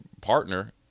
partner